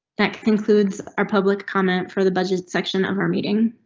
that concludes our public comment for the budget section of our meeting.